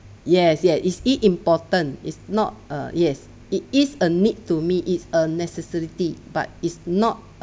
yes yes is it important is not err yes it is a need to me it's a necessity but is not